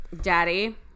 Daddy